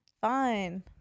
Fine